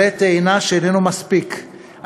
עלה תאנה שאיננו מספיק,